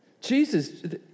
Jesus